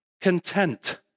content